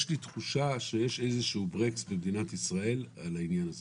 יש לי תחושה שיש איזה שהוא ברקס במדינת ישראל על העניין הזה